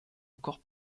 encore